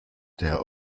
der